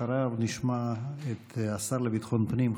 אחריו נשמע את השר לביטחון פנים,